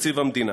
בתקציב המדינה.